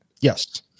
Yes